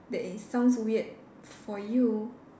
that it sounds weird for you